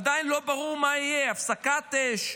עדיין לא ברור מה יהיה, הפסקת אש,